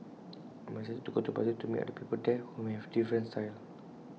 I'm excited to go to Brazil to meet other people there who may have different styles